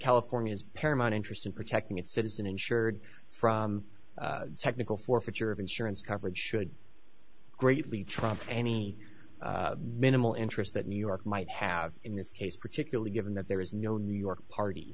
california is paramount interest in protecting its citizen insured from technical forfeiture of insurance coverage should greatly trump any minimal interest that new york might have in this case particularly given that there is no new york party